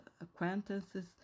acquaintances